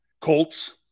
Colts